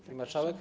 Pani Marszałek!